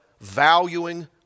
valuing